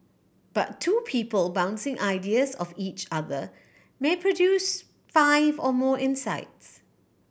but two people bouncing ideas off each other may produce five or more insights